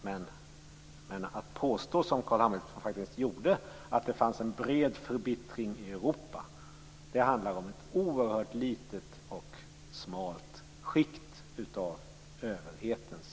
Carl B Hamilton påstår att det finns en bred förbittring i Europa. Men då handlar det om ett oerhört litet och smalt skikt av överhetens